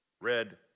Red